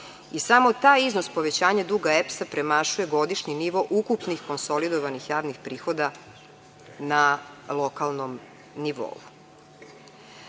i samo taj iznos povećanja duga EPS-a premašuje godišnji nivo ukupnih konsolidovanih javnih prihoda na lokalnom nivou. Ono